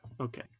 okay